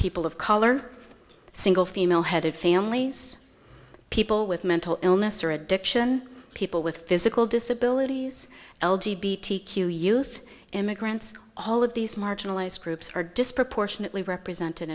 people of color single female headed families people with mental illness or addiction people with physical disabilities l g b t q youth immigrants all of these marginalized groups are disproportionately represented